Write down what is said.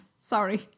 Sorry